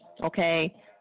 okay